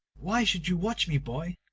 why should you watch me, boy?